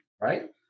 right